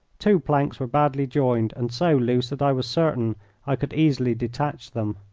two planks were badly joined, and so loose that i was certain i could easily detach them.